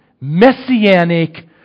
messianic